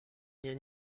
lien